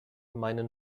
meinen